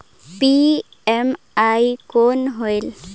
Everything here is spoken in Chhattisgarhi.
पी.एम.ई कौन होयल?